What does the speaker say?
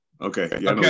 Okay